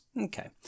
Okay